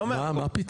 לא מהחוק.